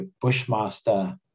Bushmaster